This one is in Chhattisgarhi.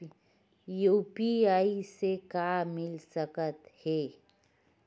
यू.पी.आई से का मिल सकत हे?